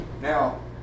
Now